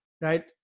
Right